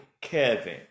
Kevin